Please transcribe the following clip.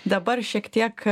dabar šiek tiek